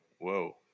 Whoa